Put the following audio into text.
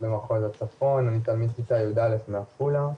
במחוז הצפון, אני תלמיד כיתה י"א מעפולה.